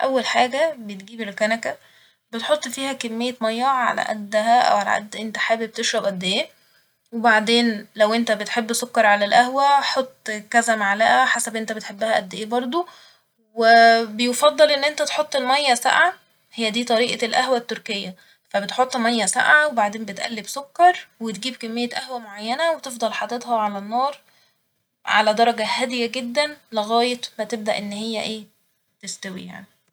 أول حاجة بتجيب الكنكة بتحط فيها كمية مية على قدها أو على قد إنت حابب تشرب قد إيه ، وبعدين لو إنت بتحب سكر على القهوة حط كذا معلقة حسب إنت بتحبها إيه برضه و بيفضل إن إنت تحط المية ساقعة ، هي دي طريقة القهوة التركية ف بتحط مية ساقعة وبعدين بتقلب سكر وتجيب كمية قهوة معينة وتفضل حاططها على النار على درجة هادية جدا لغاية ما تبدأ إن هي إيه! تستوي يعني